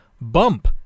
bump